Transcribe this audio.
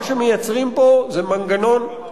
מה שמייצרים פה זה מנגנון, מה מספרם.